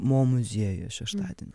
mo muziejuje šeštadienį